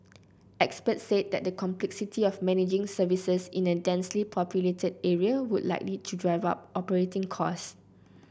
experts said the complexity of managing services in a densely populated area would likely drive up operating costs